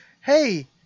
hey